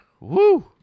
Woo